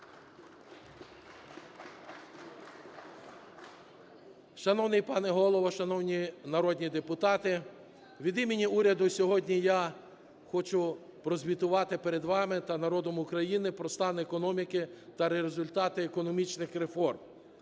Шановний пане Голово! Шановні народні депутати! Від імені уряду сьогодні я хочу прозвітувати перед вами та народом України про стан економіки та результати економічних реформ.